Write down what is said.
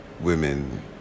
women